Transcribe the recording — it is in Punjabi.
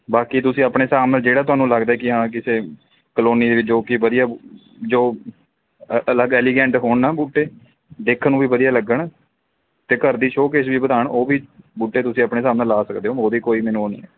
ਬਾਕੀ ਤੁਸੀਂ ਆਪਣੇ ਹਿਸਾਬ ਨਾਲ ਜਿਹੜਾ ਤੁਹਾਨੂੰ ਲੱਗਦਾ ਕਿ ਹਾਂ ਕਿਸੇ ਕਲੋਨੀ ਦੇ ਵਿੱਚ ਜੋ ਕਿ ਵਧੀਆ ਜੋ ਅ ਅਲਗ ਐਲੀਗੈਂਟ ਹੋਣ ਨਾ ਬੂਟੇ ਦੇਖਣ ਨੂੰ ਵੀ ਵਧੀਆ ਲੱਗਣ ਅਤੇ ਘਰ ਦੀ ਸ਼ੋਅਕੇਸ ਵੀ ਵਧਾਉਣ ਉਹ ਵੀ ਬੂਟੇ ਤੁਸੀਂ ਆਪਣੇ ਹਿਸਾਬ ਨਾਲ ਲਾ ਸਕਦੇ ਹੋ ਉਹਦੀ ਕੋਈ ਮੈਨੂੰ ਉਹ ਨਹੀਂ ਹੈ